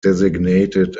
designated